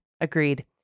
Agreed